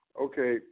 Okay